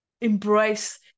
embrace